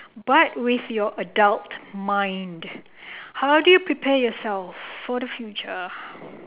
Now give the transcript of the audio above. but with your adult mind how do you prepare yourself for the future